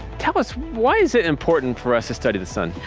tell us, why is it important for us to study the sun?